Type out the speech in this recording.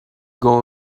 going